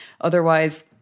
otherwise